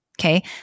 Okay